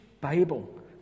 Bible